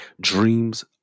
Dreams